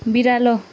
बिरालो